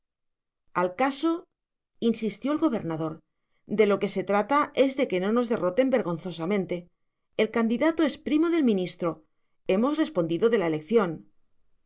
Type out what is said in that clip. madeja al caso insistió el gobernador de lo que se trata es de que no nos derroten vergonzosamente el candidato es primo del ministro hemos respondido de la elección